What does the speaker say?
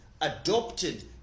Adopted